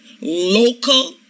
local